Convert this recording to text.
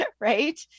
right